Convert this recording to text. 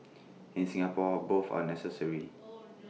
in Singapore both are necessary